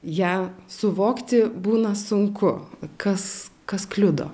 ją suvokti būna sunku kas kas kliudo